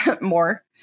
more